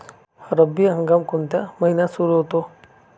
रब्बी हंगाम कोणत्या महिन्यात सुरु होतो?